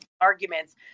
arguments